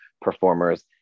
performers